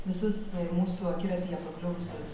visus mūsų akiratyje pakliuvusius